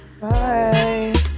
bye